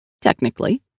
Technically